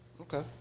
Okay